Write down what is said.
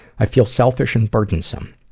i feel selfish and burdensome.